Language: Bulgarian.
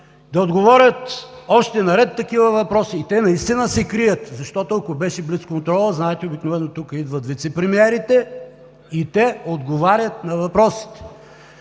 да отговорят на ред такива въпроси. Те наистина се крият, защото ако беше блицконтролът, знаете, обикновено тук идват вицепремиерите и те отговарят на въпросите,